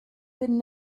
been